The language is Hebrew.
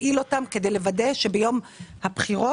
להפעיל אותן כדי לוודא שביום הבחירות,